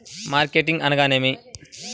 Marketing అనగానేమి?